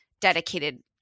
dedicated